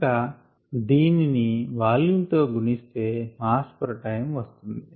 ఇంకా దీనిని వాల్యూమ్ తో గుణిస్తే మాస్ పర్ టైమ్ వస్తుంది